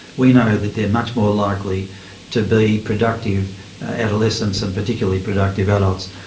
we know that they are much more likely to be productive adolescents and particularly productive adults.